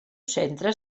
centre